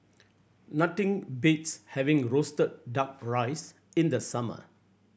nothing beats having roasted Duck Rice in the summer